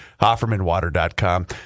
hoffermanwater.com